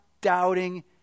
doubting